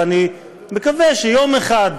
ואני מקווה שיום אחד,